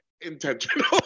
intentional